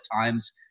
times